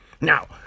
Now